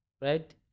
right